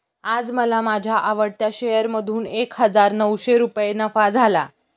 आज मला माझ्या आवडत्या शेअर मधून एक हजार नऊशे रुपये नफा झाला